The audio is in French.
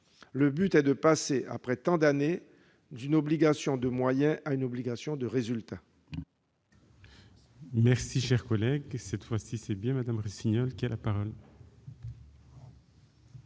le but est de passer, après tant d'années, d'une obligation de moyens à une obligation de résultat.